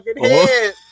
head